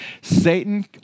Satan